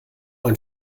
ein